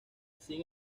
sin